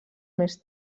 més